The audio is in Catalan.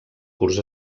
curs